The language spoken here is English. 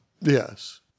Yes